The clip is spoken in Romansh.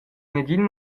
negin